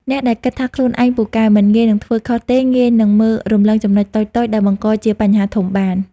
អ្នកដែលគិតថាខ្លួនឯងពូកែ មិនងាយនឹងធ្វើខុសទេ ងាយនឹងមើលរំលងចំណុចតូចៗដែលបង្កជាបញ្ហាធំបាន។